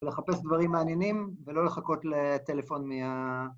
לחפש דברים מעניינים ולא לחכות לטלפון מה...